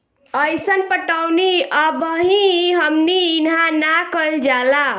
अइसन पटौनी अबही हमनी इन्हा ना कइल जाला